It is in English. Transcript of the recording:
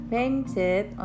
Painted